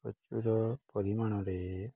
ପ୍ରଚୁର ପରିମାଣରେ